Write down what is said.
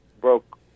broke